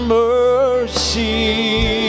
mercy